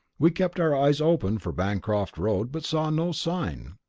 we kept our eyes open for bancroft road, but saw no sign.